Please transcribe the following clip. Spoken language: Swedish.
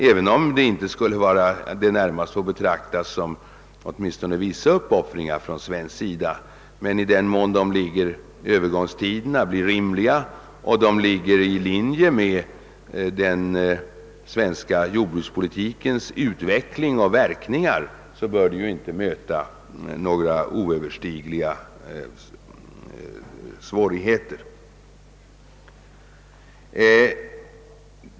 även om det skulle innebära vissa uppoffringar från svensk sida, bör det inte möta några oöverstigliga svårigheter, därest övergångstiderna blir rimliga och ligger i linje med den svenska jordbrukspolitikens utveckling och verkningar.